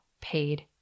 paid